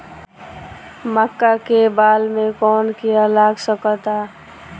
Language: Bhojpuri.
मका के बाल में कवन किड़ा लाग सकता?